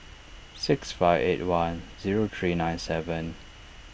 six five eight one zero three nine seven